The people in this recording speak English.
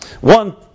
One